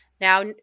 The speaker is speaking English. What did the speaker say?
Now